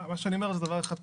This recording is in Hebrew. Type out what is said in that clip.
מה שאני אומר זה דבר אחד פשוט.